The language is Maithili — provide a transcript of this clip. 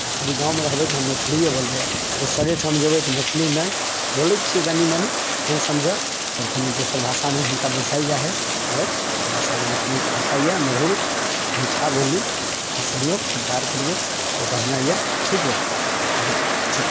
अभी गाँवमे रहबै तऽ हम मैथलिए बोलबै दोसरे ठाम जयबै तऽ मैथिली नहि बोलैत छियै कनी मनी नहि समझ तऽ कनी दोसर भाषामे हुनका बुझआएल जाय हय आओर हमरा सबके मैथिली भाषा यै मधुर मीठा बोली अहाँ सुनियौ जानकार करियौ खूब बढ़िआँ यै ठीक हय अब ठीक